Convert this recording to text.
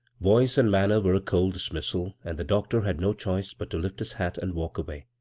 voice and manner were a cold dismissal, and the doctor had no choice but to lift his hat and walk away